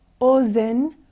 Ozen